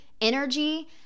energy